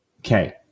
Okay